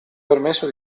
permesso